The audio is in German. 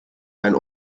dein